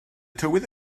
tywydd